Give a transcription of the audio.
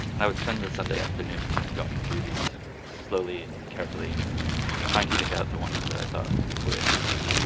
and i would spend the sunday afternoon kind of going through these slowly and carefully trying to pick out the ones that i thought were interesting.